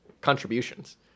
contributions